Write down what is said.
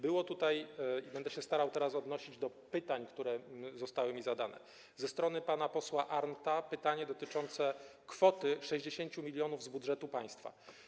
Było tutaj - będę się starał teraz odnosić do pytań, które zostały mi zadane - ze strony pana posła Arndta pytanie dotyczące kwoty 60 mln z budżetu państwa.